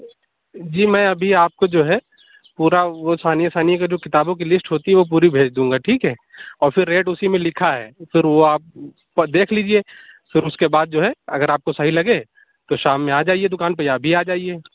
جی میں ابھی آپ کو جو ہے پورا وہ ثانیہ ثانیہ کا جو کتابوں کی جو لسٹ ہوتی ہے وہ پوری بھیج دوں گا ٹھیک ہے اور پھر ریٹ اُسی میں لکھا ہے پھر وہ آپ دیکھ لیجیے پھر اُس کے بعد جو ہے اگر آپ کو صحیح لگے تو شام میں آ جائیے دُکان پہ یا ابھی آجائیے